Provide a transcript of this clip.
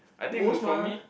most mah